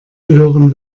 gehören